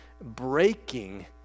breaking